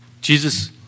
Jesus